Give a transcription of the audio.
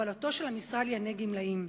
בהובלתו של המשרד לענייני גמלאים.